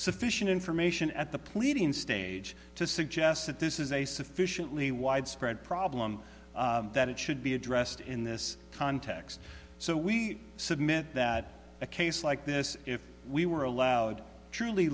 sufficient information at the pleading stage to suggest that this is a sufficiently widespread problem that it should be addressed in this context so we submit that a case like this if we were allowed truly